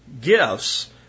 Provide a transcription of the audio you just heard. gifts